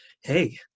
hey